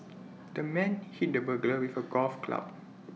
the man hit the burglar with A golf club